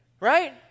right